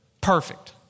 perfect